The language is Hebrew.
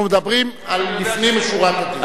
אנחנו מדברים על לפנים משורת הדין.